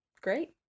great